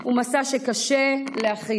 הוא מסע שקשה להכיל.